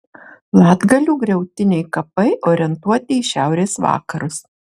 latgalių griautiniai kapai orientuoti į šiaurės vakarus